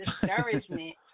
discouragement